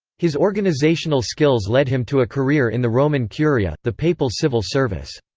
his organisational skills led him to a career in the roman curia, the papal civil service.